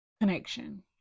connection